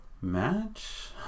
match